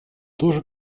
тоже